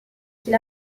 qu’il